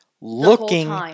looking